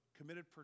committed